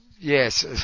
Yes